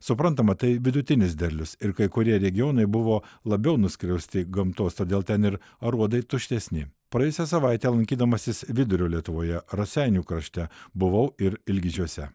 suprantama tai vidutinis derlius ir kai kurie regionai buvo labiau nuskriausti gamtos todėl ten ir aruodai tuštesni praėjusią savaitę lankydamasis vidurio lietuvoje raseinių krašte buvau ir ilgižiuose